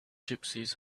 gypsies